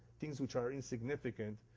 things which are insignificant,